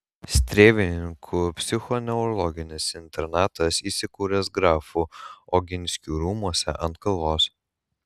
strėvininkų psichoneurologinis internatas įsikūręs grafų oginskių rūmuose ant kalvos